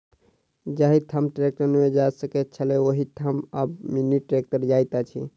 जाहि ठाम ट्रेक्टर नै जा सकैत छलै, ओहि ठाम आब मिनी ट्रेक्टर जाइत अछि